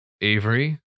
Avery